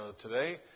today